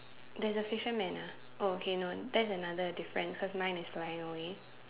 there's a fisherman lah okay no that's another difference cause mine is flying away